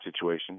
situation